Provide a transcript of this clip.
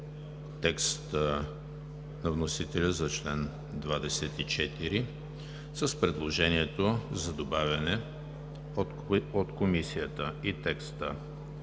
текста на вносителя за чл. 24 с предложението за добавяне от Комисията, и текста